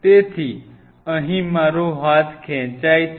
તેથી અહીં મારો હાથ ખેંચાય છે